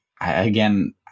again